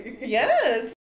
Yes